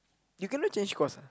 you cannot change course ah